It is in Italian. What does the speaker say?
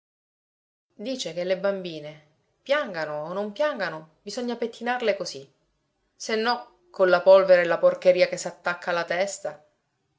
dice che le bambine piangano o non piangano bisogna pettinarle così se no con la polvere e la porcheria che s'attacca alla testa